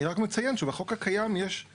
יש לי